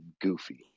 goofy